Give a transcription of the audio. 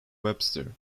webster